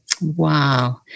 Wow